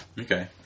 okay